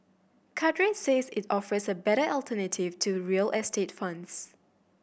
Cadre says it offers a better alternative to real estate funds